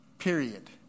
period